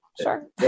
Sure